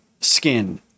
skin